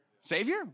Savior